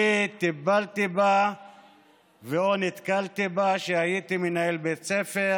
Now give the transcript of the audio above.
אני טיפלתי בה ונתקלתי בה כשהייתי מנהל בית ספר,